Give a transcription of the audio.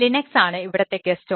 Linux ആണ് ഇവിടത്തെ guest